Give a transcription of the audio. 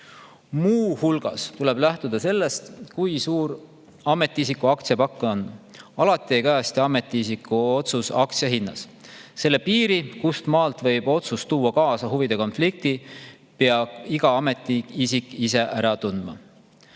Muu hulgas tuleb lähtuda sellest, kui suur on ametiisiku aktsiapakk. Alati ei kajastu ametiisiku otsus aktsia hinnas. Selle piiri, kust maalt võib otsus tuua kaasa huvide konflikti, peab iga ametiisik ise ära tundma.